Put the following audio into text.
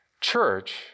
Church